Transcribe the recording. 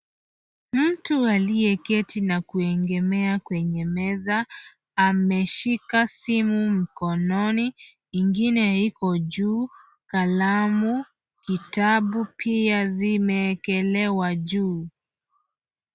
Mtu aliyeketi na kuegemea kwenye meza, ameshika simu mkononi, ingine iko juu, kalamu, kitabu pia zimeekelewa juu.